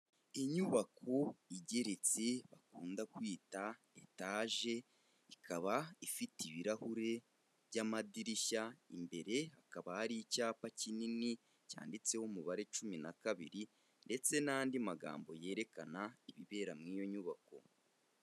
Inyubako igeretse bakunda kwita etaje, ikaba ifite ibirahure by'amadirishya, imbere hakaba hari icyapa kinini cyanditseho umubare cumi na kabiri ndetse n'andi magambo yerekana ibibera muri iyo nyubako.